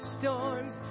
storms